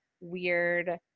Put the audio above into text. weird